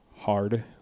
hard